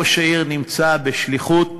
ראש העיר נמצא בשליחות